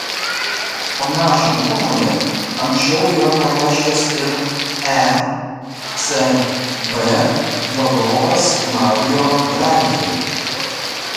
panašią nuomonę anksčiau yra pareiškęs ir ecb vadovas mario draghi